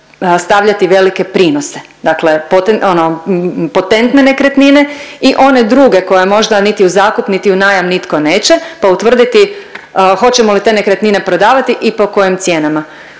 stavljati velike prinose. Dakle, ono potentne nekretnine i one druge koje možda niti u zakup, niti u najam nitko neće pa utvrditi hoćemo li te nekretnine prodavati i po kojim cijenama.